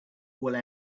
will